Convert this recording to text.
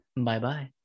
Bye-bye